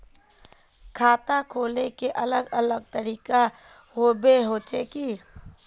खाता खोले के अलग अलग तरीका होबे होचे की?